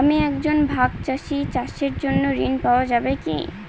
আমি একজন ভাগ চাষি চাষের জন্য ঋণ পাওয়া যাবে কি?